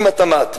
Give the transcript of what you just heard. עם התמ"ת,